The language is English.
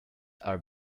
are